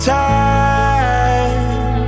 time